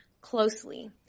closely